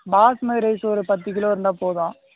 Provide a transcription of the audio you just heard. basmati rice ஒரு பத்து kilo இருந்தால் போதும்